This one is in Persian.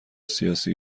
سیاسی